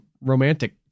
romantic